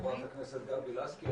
חברת הכנסת גבי לסקי.